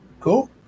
Cool